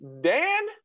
Dan